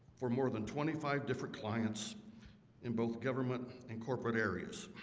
for more than twenty five different clients in both government and corporate areas.